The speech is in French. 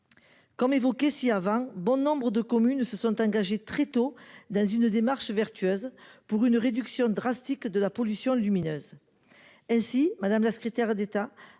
Comme évoqué ci-avant bon nombre de communes se sont engagés très tôt dans une démarche vertueuse pour une réduction drastique de la pollution lumineuse. Ainsi, madame la secrétaire d'État.